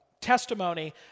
testimony